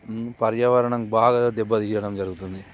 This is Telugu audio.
పర్యావరణంకు బాగా దెబ్బ తీయడం జరుగుతుంది